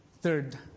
Third